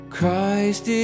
Christ